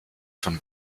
von